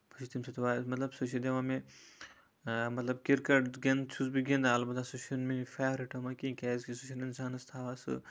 بہٕ چھُس تَمہِ سۭتۍ واریاہ مطلب سُہ چھُ دِوان مےٚ مطلب کِرکَٹ چھُس بہٕ گِندان اَلبتہ سُہ چھُنہٕ مےٚ فرورِٹو منٛز کِہیٖنۍ کیازِ کہِ سُہ چھُنہٕ اِنسانَس تھاوان سُہ